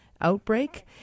outbreak